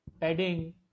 padding